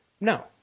No